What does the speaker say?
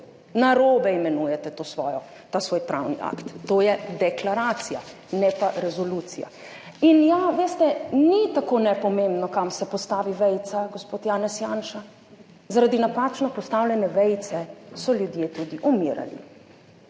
narobe imenujete to svojo, ta svoj pravni akt. To je deklaracija, ne pa resolucija. In ja, veste, ni tako nepomembno kam se postavi vejica, gospod Janez Janša. Zaradi napačno postavljene vejice so ljudje tudi umirali.